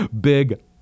big